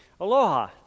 Aloha